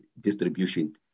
distribution